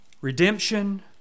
redemption